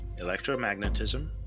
electromagnetism